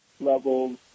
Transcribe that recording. levels